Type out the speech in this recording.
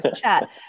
chat